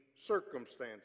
circumstances